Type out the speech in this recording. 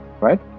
right